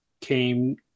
came